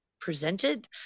presented